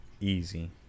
Easy